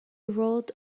rolled